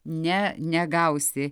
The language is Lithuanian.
ne negausi